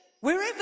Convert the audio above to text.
wherever